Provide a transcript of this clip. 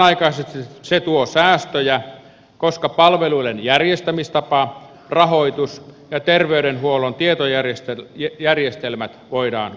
samanaikaisesti se tuo säästöjä koska palveluiden järjestämistapa rahoitus ja terveydenhuollon tietojärjestelmät voidaan uusia